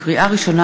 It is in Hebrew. לקריאה ראשונה,